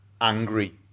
angry